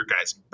guys